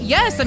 Yes